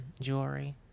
jewelry